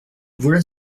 voilà